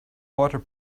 water